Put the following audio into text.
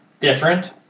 different